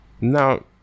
now